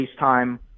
FaceTime